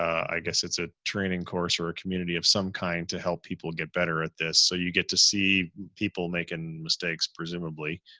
i guess it's a training course or a community of some kind to help people get better at this. so you get to see people making mistakes, presumably,